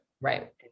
Right